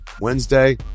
wednesday